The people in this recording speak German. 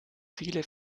viele